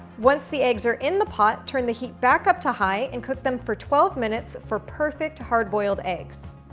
once the eggs are in the pot, turn the heat back up to high, and cook them for twelve minutes for perfect hard boiled eggs.